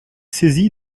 saisie